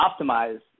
optimize